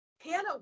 Hannah